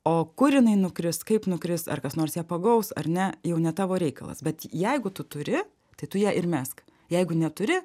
o kur jinai nukris kaip nukris ar kas nors ją pagaus ar ne jau ne tavo reikalas bet jeigu tu turi tai tu ją ir mesk jeigu neturi